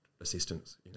assistance